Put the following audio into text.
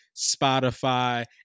Spotify